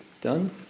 done